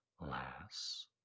Lass